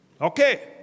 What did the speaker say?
Okay